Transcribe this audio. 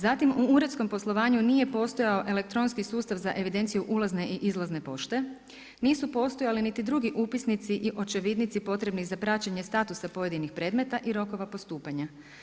Zatim u uredskom poslovanju nije postojao elektronski sustav za evidenciju ulazne i izlazne pošte, nisu postojali niti drugi upisnici i očevidnici potrebni za praćenje statusa pojedinih predmeta i rokova postupanja.